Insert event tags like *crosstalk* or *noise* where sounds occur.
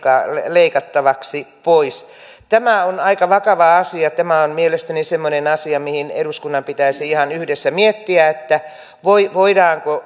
leikattavaksi pois tämä on aika vakava asia tämä on mielestäni semmoinen asia missä eduskunnan pitäisi ihan yhdessä miettiä voidaanko *unintelligible*